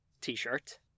t-shirt